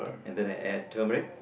and then I add turmeric